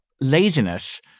laziness